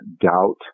doubt